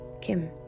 Kim